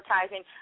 advertising